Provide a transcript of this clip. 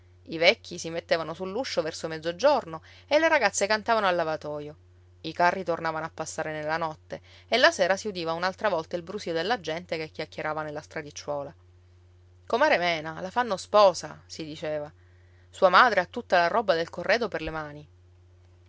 i vecchi si mettevano sull'uscio verso mezzogiorno e le ragazze cantavano al lavatoio i carri tornavano a passare nella notte e la sera si udiva un'altra volta il brusio della gente che chiacchierava nella stradicciuola comare mena la fanno sposa si diceva sua madre ha tutta la roba del corredo per le mani